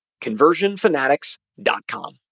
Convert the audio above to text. conversionfanatics.com